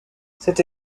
cette